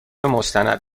مستند